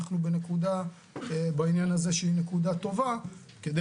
אנחנו בנקודה בעניין הזה שהיא נקודה טובה כדי